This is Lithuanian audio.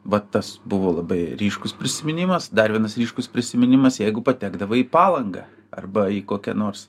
va tas buvo labai ryškus prisiminimas dar vienas ryškus prisiminimas jeigu patekdavai į palangą arba į kokią nors